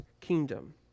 kingdom